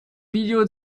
video